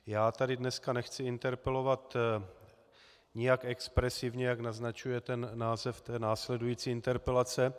Já tady dneska nechci interpelovat nijak expresivně, jak naznačuje název té následující interpelace.